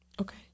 Okay